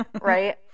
right